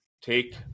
take